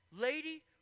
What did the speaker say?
lady